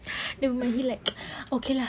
he like okay lah